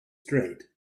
straight